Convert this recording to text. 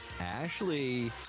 Ashley